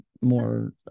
more